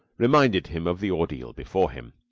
reminded him of the ordeal before him.